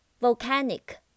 Volcanic